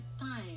time